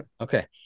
Okay